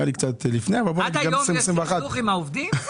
עד היום יש סכסוך עם העובדים?